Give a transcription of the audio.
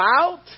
out